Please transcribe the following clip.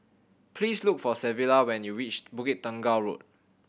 please look for Savilla when you reach Bukit Tunggal Road